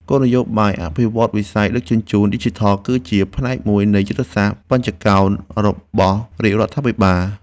គោលនយោបាយអភិវឌ្ឍន៍វិស័យដឹកជញ្ជូនឌីជីថល គឺជាផ្នែកមួយនៃយុទ្ធសាស្ត្របញ្ចកោណរបស់រាជរដ្ឋាភិបាល។